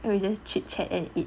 then we just chit chat and eat